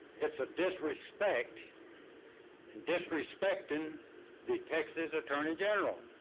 it's a disrespect and disrespecting the texas attorney general.